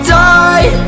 die